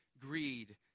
greed